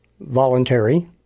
voluntary